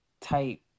type